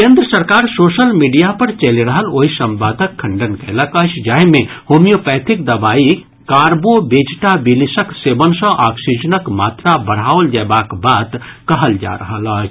केन्द्र सरकार social media पर चलि रहल ओहि संवादक खंडन कयलक अछि जाहि मे होम्योपैथिक दवाईक कारबो वेजिटाबिलिसक सेवन सँ ऑक्सीजनक मात्रा बढ़ाऔल कयल जयबाक बात कहल जा रहल अछि